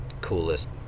coolest